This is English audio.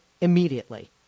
immediately